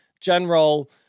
general